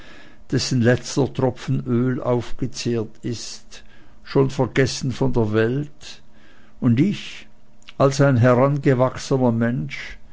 dessen letzter tropfen öl aufgezehrt ist schon vergessen von der welt und ich als ein herangewachsener mensch